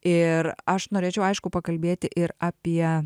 ir aš norėčiau aišku pakalbėti ir apie